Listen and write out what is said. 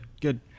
good